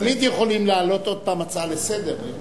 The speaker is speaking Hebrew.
תמיד יכולים להעלות עוד פעם הצעה לסדר-היום.